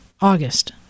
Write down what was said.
August